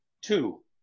Two